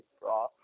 bro